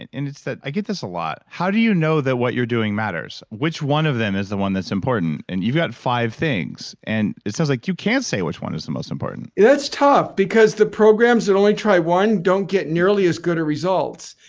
and and it's that i get this a lot how do you know that what you're doing matters? which one of them is the one that's important? and you've got five things. and it sounds like you can't say which one is the most important it's tough because the programs that only try one, don't get nearly as good a results.